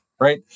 right